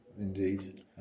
indeed